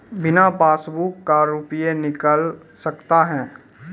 बिना पासबुक का रुपये निकल सकता हैं?